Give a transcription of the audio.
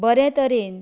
बरे तरेन